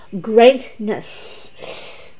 greatness